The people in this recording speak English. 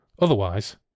Otherwise